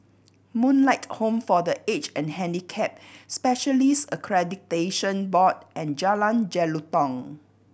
Moonlight Home for The Aged and Handicapped Specialists Accreditation Board and Jalan Jelutong